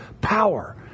power